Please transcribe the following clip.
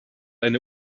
eine